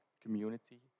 community